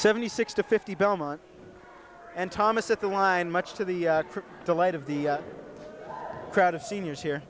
seventy six to fifty belmont and thomas at the wind much to the delight of the crowd of seniors here